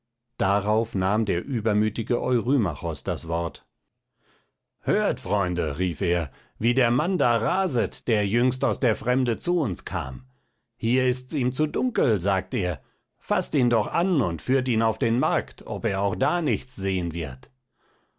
darauf nahm der übermütige eurymachos das wort hört freunde rief er wie der mann da raset der jüngst aus der fremde zu uns kam hier ist's ihm zu dunkel sagt er faßt ihn doch an und führt ihn auf den markt ob er auch da nichts sehen wird